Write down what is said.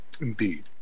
Indeed